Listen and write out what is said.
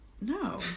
No